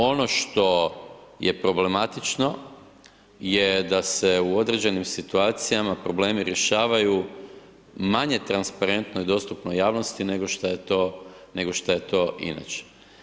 Ono što je problematično je da se u određenim situacijama problemi rješavaju manje transparentno i dostupno javnosti nego šta je to, nego šta je to inače.